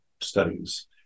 studies